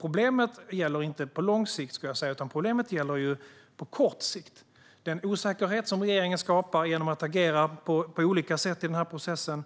Problemet gäller dock inte på lång sikt, skulle jag säga, utan problemet gäller på kort sikt och handlar om den osäkerhet som regeringen skapar genom att agera på olika sätt i den här processen